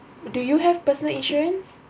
do you have personal insurance